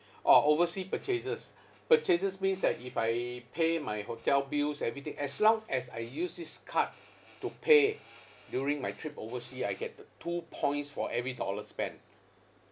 orh overseas purchases purchases means that if I pay my hotel bills everything as long as I use this card to pay during my trip overseas I get uh two points for every dollar spent